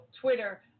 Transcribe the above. Twitter